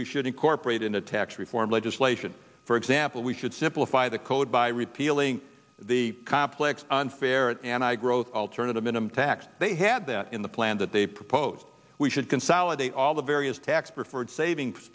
we should incorporate in the tax reform legislation for example we should simplify the code by repealing the complex unfair and i growth alternative minimum tax they had that in the plan that they proposed we should consolidate all the various tax preferred savings